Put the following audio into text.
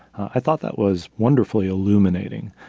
i thought that was wonderfully illuminating.